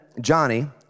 Johnny